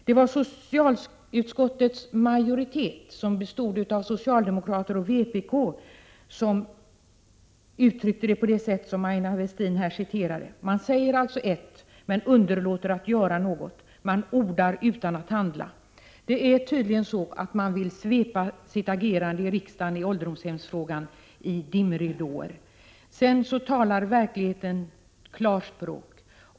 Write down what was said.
Det var socialutskottets majoritet bestående av socialdemokrater och vpk-are som uttryckte saken på det sätt som Aina Westin här återgav. Man säger alltså ett och underlåter att göra något. Man ordar utan att handla. Tydligen vill man svepa sitt agerande i riksdagen i ålderdomshemsfrågan i dimridåer. Sedan talar verkligheten klarspråk.